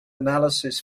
analysis